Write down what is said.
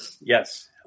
Yes